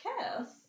chaos